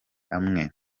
amwe